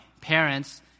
parents